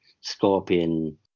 scorpion